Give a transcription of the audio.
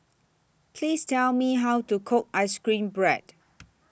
Please Tell Me How to Cook Ice Cream Bread